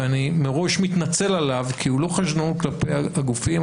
ואני מראש מתנצל עליו כי הוא לא חשדנות כלפי הגופים,